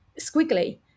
squiggly